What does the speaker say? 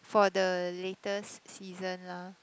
for the latest season lah